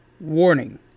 Warning